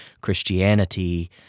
Christianity